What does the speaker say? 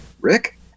Rick